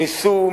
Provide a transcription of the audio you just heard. ניסו,